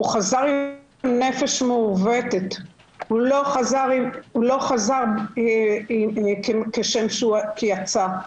הוא חזר עם נפש מעוותת, הוא לא חזר כשם שהוא יצא.